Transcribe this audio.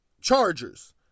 Chargers